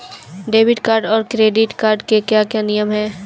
Debit card और credit card के क्या क्या नियम हैं?